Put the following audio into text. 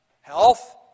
health